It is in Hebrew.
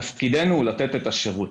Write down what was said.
תפקידנו הוא לתת את השירות,